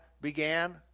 began